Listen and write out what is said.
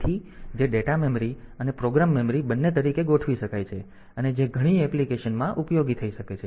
તેથી જે data memory અને પ્રોગ્રામ મેમરી બંને તરીકે ગોઠવી શકાય છે અને જે ઘણી એપ્લિકેશન્સમાં ઉપયોગી થઈ શકે છે